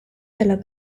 della